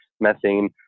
methane